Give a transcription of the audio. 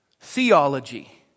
theology